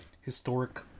historic